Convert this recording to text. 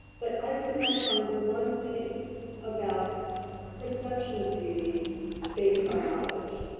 but i could not find one thing about perception of beauty based on knowledge.